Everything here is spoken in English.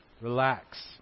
Relax